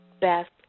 best